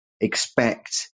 expect